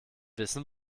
wissen